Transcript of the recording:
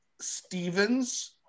Stevens